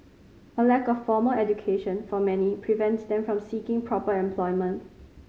a lack of formal education for many prevents them from seeking proper employment